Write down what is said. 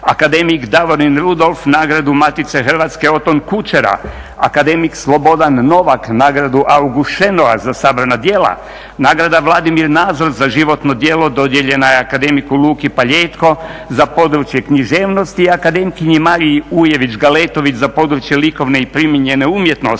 Akademik Davorin Rudolf nagradu Matice Hrvatske Oton Kučera, akademik Slobodan Novak nagradu August Šenoa za sabrana djela, nagrada Vladimir Nazor za životno djelo dodijeljena je akademiku Luki Paljetko za područje književnosti i akademkinji Mariji Ujević Galetović za područje likovne i primijenjene umjetnosti,